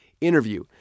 Interview